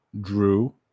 Drew